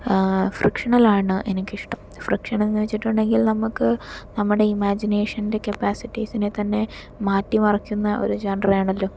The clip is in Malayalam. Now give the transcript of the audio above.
അത് ഫിക്ഷൻ ആണ് എനിക്ക് ഇഷ്ടം ഫിക്ഷൻ എന്ന് വച്ചിട്ടുണ്ടെങ്കിൽ നമ്മക്ക് നമ്മുടെ ഇമാജിനേഷന്റെ കപ്പാസിറ്റീസിനെ തന്നെ മാറ്റിമറിക്കുന്ന ഒരു ജോൻറ ആണല്ലോ